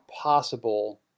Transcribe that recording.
possible